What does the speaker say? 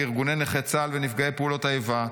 לארגוני נכי צה"ל ונפגעי פעולות האיבה,